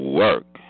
work